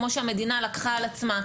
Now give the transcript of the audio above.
כמו שהמדינה לקחה על עצמה,